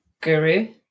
guru